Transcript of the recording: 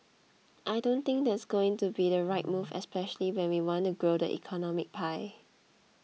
I don't think that's going to be the right move especially when we want to grow the economic pie